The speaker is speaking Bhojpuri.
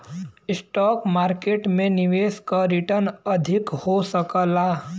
स्टॉक मार्केट में निवेश क रीटर्न अधिक हो सकला